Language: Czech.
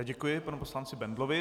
Děkuji panu poslanci Bendlovi.